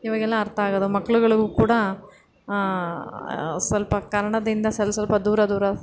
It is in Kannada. ಇವಾಗೆಲ್ಲ ಅರ್ಥ ಆಗೋದು ಮಕ್ಕಳುಗಳ್ಗೂ ಕೂಡ ಸ್ವಲ್ಪ ಕನ್ನಡದಿಂದ ಸ್ವಲ್ ಸ್ವಲ್ಪ ದೂರ ದೂರ